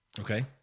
Okay